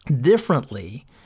differently